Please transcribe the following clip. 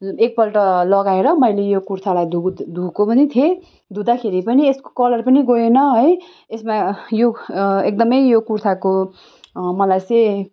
एकपल्ट लगाएर मैले यो कुर्तालाई धु धोएको पनि थिएँ धुँदाखेरि पनि यसको कलर पनि गएन है यसमा यो एकदमै यो कुर्ताको मलाई चाहिँ